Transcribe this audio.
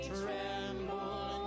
tremble